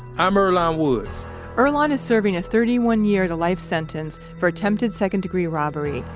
i'm earlonne woods earlonne is serving a thirty one year to life sentence for attempted second-degree robbery,